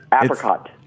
Apricot